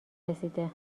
رسیده